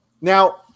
Now